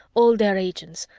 all their agents,